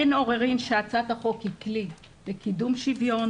אין עוררין על כך שהצעת החוק היא כלי לקידום שוויון,